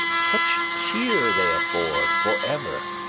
such cheer, they afford forever!